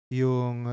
yung